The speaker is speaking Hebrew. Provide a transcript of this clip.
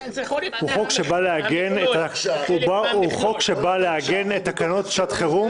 הוא חוק שבא לעגן את תקנות שעת חירום.